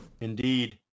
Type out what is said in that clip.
Indeed